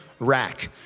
Rack